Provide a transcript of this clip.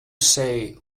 say